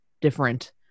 different